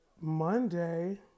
Monday